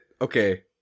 Okay